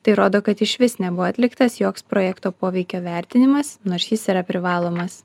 tai rodo kad išvis nebuvo atliktas joks projekto poveikio vertinimas nors jis yra privalomas